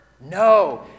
No